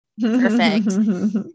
Perfect